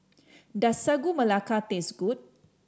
does Sagu Melaka taste good